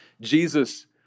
Jesus